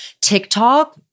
TikTok